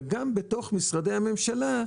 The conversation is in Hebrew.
ובתוך משרדי הממשלה,